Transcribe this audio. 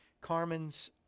Carmen's